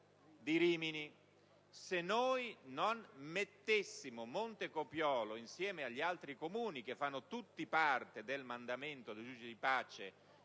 di Rimini. Se noi non mettessimo Montecopiolo insieme agli altri Comuni, che fanno tutti parte del mandamento del giudice di pace